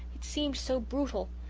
it seemed so brutal.